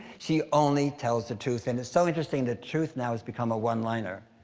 she only tells the truth. and it's so interesting that truth now has become a one-liner,